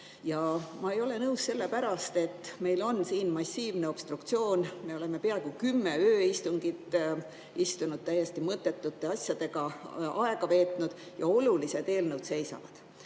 ma ei ole nõus sellepärast, et meil on siin massiivne obstruktsioon. Me oleme peaaegu 10 ööistungit istunud siin, täiesti mõttetute asjadega aega veetnud, aga olulised eelnõud seisavad.